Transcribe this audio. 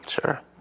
sure